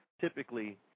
typically